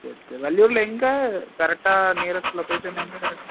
சரி சரி வள்ளியூரில் எங்கே கரெக்டாக நியரஸ்ட் லொக்கேஷன் எங்கே கரெக்டாக